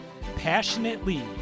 passionately